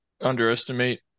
underestimate